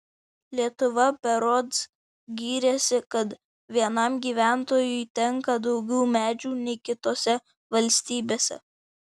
lietuva berods gyrėsi kad vienam gyventojui tenka daugiau medžių nei kitose valstybėse